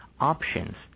options